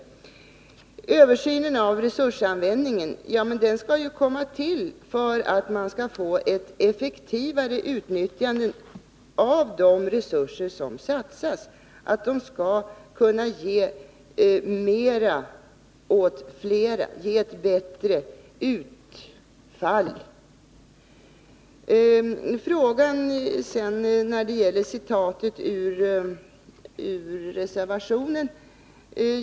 Vad beträffar översynen av resursanvändningen skall ju den göras för att man skall få ett effektivare utnyttjande av de resurser som satsas. Resurserna skall ge mera åt flera. Utfallet skall alltså bli bättre. Så till frågan som ställdes i samband med citatet ur reservationen.